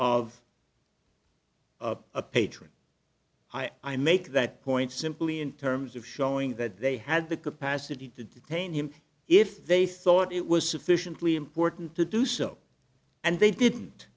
of a patron i make that point simply in terms of showing that they had the capacity to detain him if they thought it was sufficiently important to do so and they didn't